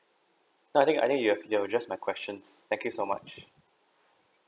no I think I think you have you've address my questions thank you so much